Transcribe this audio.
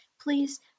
please